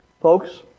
Folks